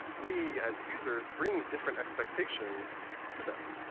we, as users, bring different expectations to them.